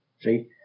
see